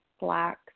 black